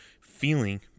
Feeling